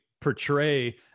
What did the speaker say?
portray